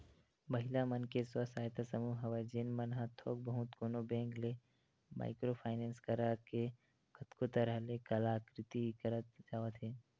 महिला मन के स्व सहायता समूह हवय जेन मन ह थोक बहुत कोनो बेंक ले माइक्रो फायनेंस करा के कतको तरह ले कलाकृति करत जावत हे